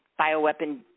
bioweapon